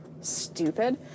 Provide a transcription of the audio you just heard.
Stupid